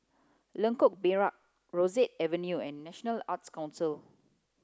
Lengkok Merak Rosyth Avenue and National Arts Council